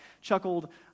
chuckled